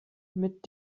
mit